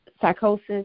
psychosis